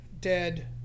Dead